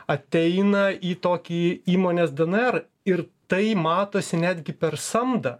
ateina į tokį įmonės dnr ir tai matosi netgi per samdą